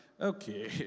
okay